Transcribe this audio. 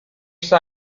saw